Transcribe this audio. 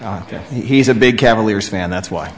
he's a big cavaliers fan that's why